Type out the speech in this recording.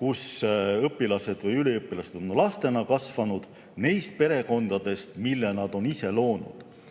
kus õpilased või üliõpilased on lastena kasvanud, neist perekondadest, mille nad on ise loonud.